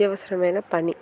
అత్యవసరమైన పని